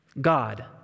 God